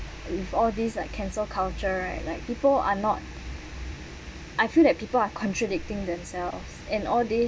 with all these like cancel culture right like people are not I feel that people are contradicting themselves in all this